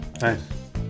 Nice